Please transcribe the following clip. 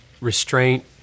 restraint